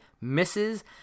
Misses